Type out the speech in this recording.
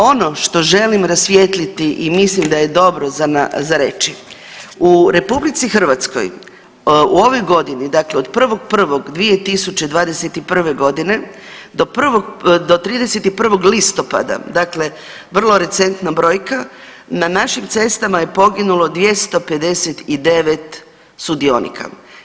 Ono što želim rasvijetliti i mislim da je dobro za reći, u RH u ovoj godini, dakle od 1.1.2021. g. do 31. listopada, dakle vrlo recentna brojka na našim cestama je poginulo 259 sudionika.